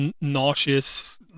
nauseous